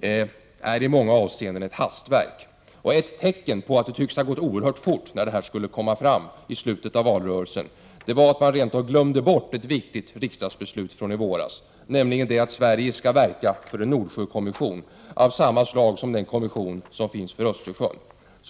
är imånga = Prot. 1988/89:44 avseenden ett hastverk. Ett tecken på att det tycks ha gått oerhört fort när 13 december 1988 propositionen skulle komma fram i slutet av valrörelsen är att man rent av har glömt ett viktigt riksdagsbeslut från i våras, nämligen att Sverige skall verka för en Nordsjökommission, av samma slag som den kommission som finns för Östersjön.